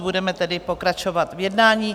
Budeme tedy pokračovat v jednání.